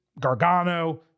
Gargano